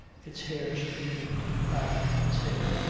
its hair streaming back from its head,